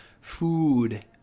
Food